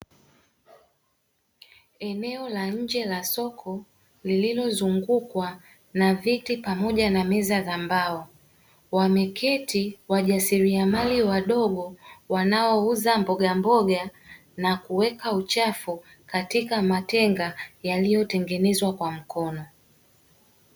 Eneo la nje la soko lililozungukwa na viti pamoja na meza za mbao. wameketi wajasiliamali wadogo, wanaouza mbogamboga na kuweka uchafu katika matenga yaliyotengenezwa kwa mkono.